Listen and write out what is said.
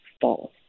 false